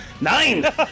Nine